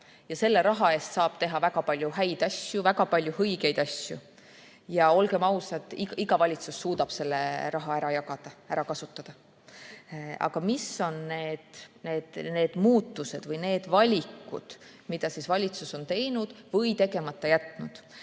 ja selle raha eest saab teha väga palju häid asju, väga palju õigeid asju. Ja olgem ausad, iga valitsus suudab sellise summa ära jagada, ära kasutada. Aga mis on need muudatused või need valikud, mis valitsus on teinud või tegemata jätnud?